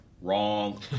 Wrong